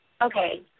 Okay